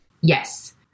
Yes